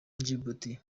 djibouti